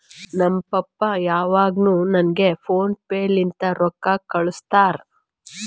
ನಮ್ ಪಪ್ಪಾ ಯಾವಾಗ್ನು ನಂಗ್ ಫೋನ್ ಪೇ ಲಿಂತೆ ರೊಕ್ಕಾ ಕಳ್ಸುತ್ತಾರ್